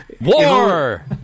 War